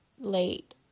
late